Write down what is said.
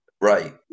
Right